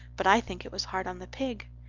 but i think it was hard on the pig.